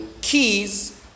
Keys